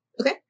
Okay